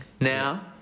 Now